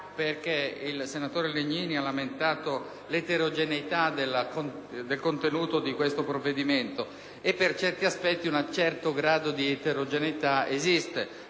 Il senatore Legnini ha lamentato l'eterogeneità del contenuto di questo provvedimento e, per certi aspetti, un certo grado di eterogeneità esiste;